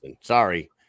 Sorry